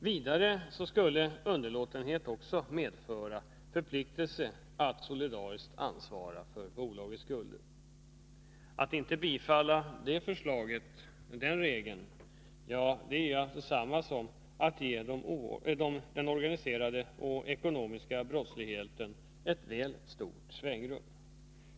Vidare skulle underlåten anmälan också medföra förpliktelse att solidariskt ansvara för bolagets skulder. Att inte bifalla ett förslag om en sådan regel är detsamma som att ge den organiserade och ekonomiska brottsligheten väl stort svängrum.